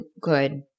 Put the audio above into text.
good